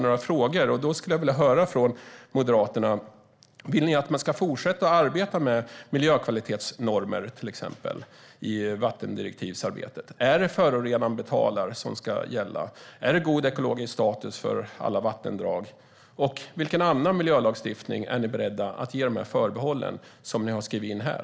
Jag skulle vilja höra från Moderaterna: Vill ni att man ska fortsätta att arbeta med till exempel miljökvalitetsnormer i vattendirektivsarbetet? Är det "förorenaren betalar" som ska gälla? Ska god ekologisk status för alla vattendrag gälla? Vilken annan miljölagstiftning är ni beredda att ge de förbehåll som ni har skrivit in här?